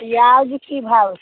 पिआज की भाव